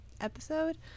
episode